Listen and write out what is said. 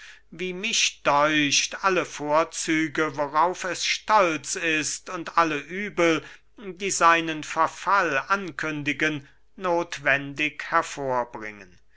wie mich däucht alle vorzüge worauf es stolz ist und alle übel die seinen verfall ankündigen nothwendig hervorbringen